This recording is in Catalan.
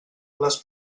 les